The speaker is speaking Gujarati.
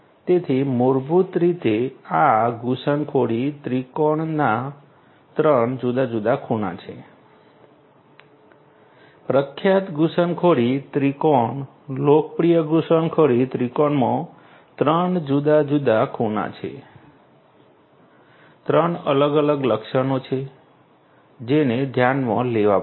તેથી મૂળભૂત રીતે આ ઘૂસણખોરી ત્રિકોણના 3 જુદા જુદા ખૂણા છે પ્રખ્યાત ઘૂસણખોરી ત્રિકોણ લોકપ્રિય ઘૂસણખોરી ત્રિકોણમાં ત્રણ જુદા જુદા ખૂણા છે ત્રણ અલગ અલગ લક્ષણો છે જેને ધ્યાનમાં લેવા પડશે